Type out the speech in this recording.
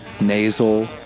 nasal